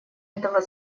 этого